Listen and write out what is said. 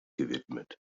gewidmet